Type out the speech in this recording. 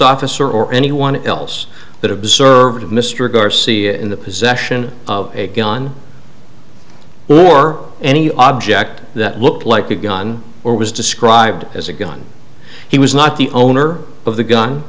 officer or anyone else that observed mr garcia in the possession of a gun nor any object that looked like a gun or was described as a gun he was not the owner of the gun